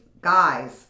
guys